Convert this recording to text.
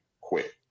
quit